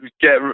get